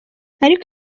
ariko